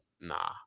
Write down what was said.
nah